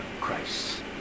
Christ